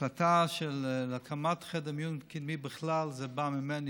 ההחלטה של הקמת חדר מיון קדמי בכלל, זה בא ממני.